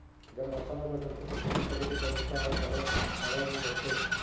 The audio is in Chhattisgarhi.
जब मौसम ह बदलथे त खेती करे के तरीका ह घलो बदल जथे?